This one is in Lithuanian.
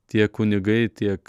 tiek kunigai tiek